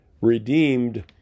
redeemed